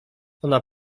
ona